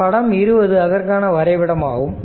மற்றும் படம் 20 அதற்கான வரைபடம் ஆகும்